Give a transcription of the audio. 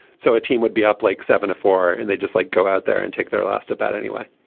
so a team would be up like seventy four and they just like go out there and take their last about anyway.